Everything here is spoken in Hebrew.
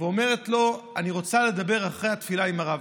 ואומרת לו: אני רוצה לדבר אחרי התפילה עם הרב.